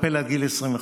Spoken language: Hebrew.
לטפל עד גיל 25,